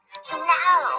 snow